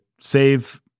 save